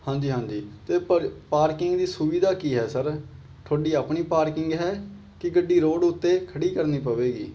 ਹਾਂਜੀ ਹਾਂਜੀ ਅਤੇ ਪਰ ਪਾਰਕਿੰਗ ਦੀ ਸੁਵਿਧਾ ਕੀ ਹੈ ਸਰ ਤੁਹਾਡੀ ਆਪਣੀ ਪਾਰਕਿੰਗ ਹੈ ਕਿ ਗੱਡੀ ਰੋਡ ਉੱਤੇ ਖੜੀ ਕਰਨੀ ਪਵੇਗੀ